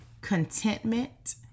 contentment